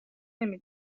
نمی